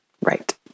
right